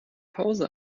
pause